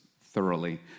thoroughly